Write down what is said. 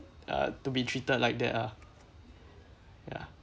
uh to be treated like that ah ya